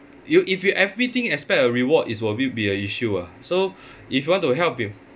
you if you everything expect a reward is will a bit be a issue ah so if you want to help with